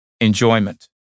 enjoyment